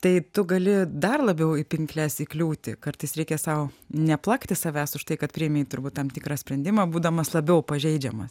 tai tu gali dar labiau į pinkles įkliūti kartais reikia sau neplakti savęs už tai kad priėmei turbūt tam tikrą sprendimą būdamas labiau pažeidžiamas